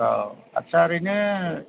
औ आदसा ओरैनो